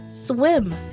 Swim